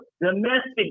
domestic